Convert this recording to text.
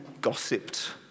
gossiped